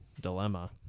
dilemma